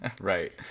right